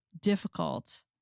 difficult